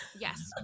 yes